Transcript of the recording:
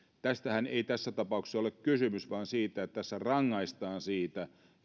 tästähän ei tässä tapauksessa ole kysymys vaan siitä että tässä rangaistaan siitä